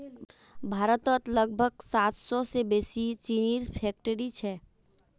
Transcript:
भारतत लगभग सात सौ से बेसि चीनीर फैक्ट्रि छे